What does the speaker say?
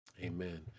amen